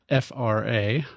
FRA